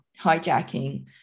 hijacking